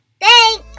thanks